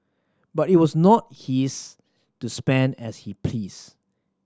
but it was not his to spend as he pleased